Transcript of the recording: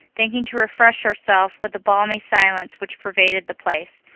thinking to refresh herself with the balmy silence which pervaded the place,